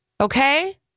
Okay